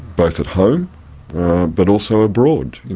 both at home but also abroad. you